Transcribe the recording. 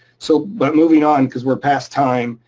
so but moving on, cause we're past time,